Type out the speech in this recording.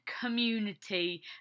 community